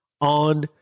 on